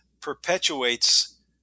perpetuates